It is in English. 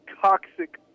toxic